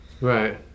right